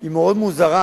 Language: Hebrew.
היא מאוד מוזרה,